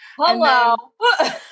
Hello